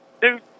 dude